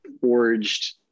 forged